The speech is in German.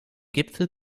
gipfel